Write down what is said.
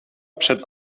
przed